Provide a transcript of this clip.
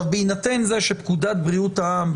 בהינתן זה שפקודת בריאות העם,